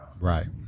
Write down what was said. Right